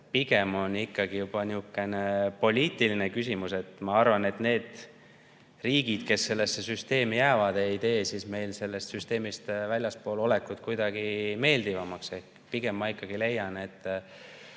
Pigem on see ikkagi juba poliitiline küsimus. Ma arvan, et need riigid, kes sellesse süsteemi jäävad, ei teeks meile sellest süsteemist väljaspool olemist sugugi meeldivaks. Pigem ma ikkagi leian, et